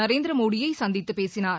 நரேந்திரமோடியை சந்தித்து பேசினார்